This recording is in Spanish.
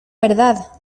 verdad